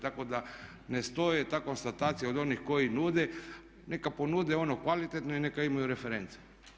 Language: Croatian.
Tako da ne stoji ta konstatacija od onih koji nude, neka ponude ono kvalitetno i neka imaju reference.